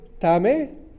tame